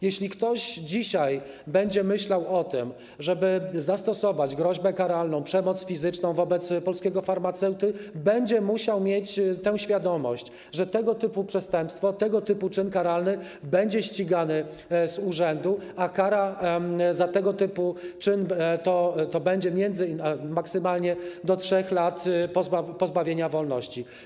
Jeśli ktoś dzisiaj będzie myślał o tym, żeby zastosować groźbę karalną, przemoc fizyczną wobec polskiego farmaceuty, będzie musiał mieć tę świadomość, że tego typu przestępstwo, tego typu czyn karalny będzie ścigany z urzędu, a kara za tego typu czyn to będzie maksymalnie do 3 lat pozbawienia wolności.